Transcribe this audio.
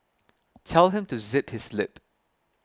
tell him to zip his lip